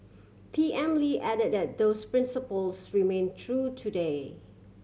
P M Lee added that those principles remain true today